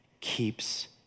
keeps